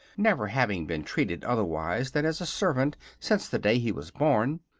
never having been treated otherwise than as a servant since the day he was born,